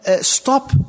stop